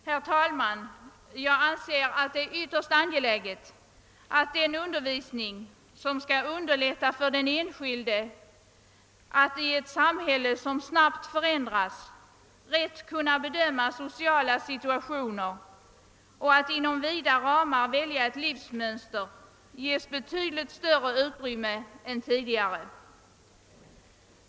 Jag anser det emellertid vara ytterst angeläget att den undervisning, som skall underlätta för den enskilde att i ett samhälle som snabbt förändras rätt kunna bedöma sociala situationer och att inom vida ramar välja ett livsmönster, ges betydligt större utrymme än tidigare.